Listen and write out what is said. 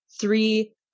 three